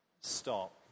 stop